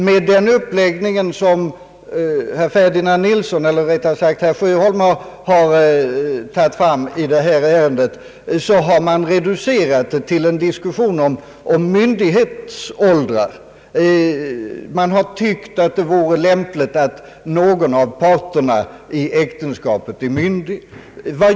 Med den uppläggning som herr Sjöholm gjort av detta ärende har det kommit att reduceras till en diskussion om myndighetsåldrar. Man har ansett det lämpligt att någon av parterna i äktenskapet är myndig.